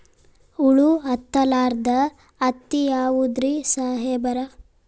ಹುಳ ಹತ್ತಲಾರ್ದ ಹತ್ತಿ ಯಾವುದ್ರಿ ಸಾಹೇಬರ?